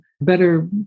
better